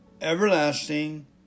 everlasting